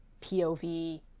POV